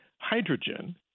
hydrogen